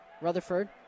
Rutherford